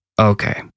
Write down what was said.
Okay